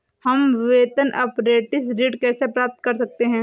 हम वेतन अपरेंटिस ऋण कैसे प्राप्त कर सकते हैं?